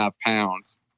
pounds